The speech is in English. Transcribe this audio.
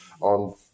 on